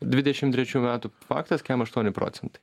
dvidešim trečių metų faktas kem aštuoni procentai